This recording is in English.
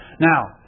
Now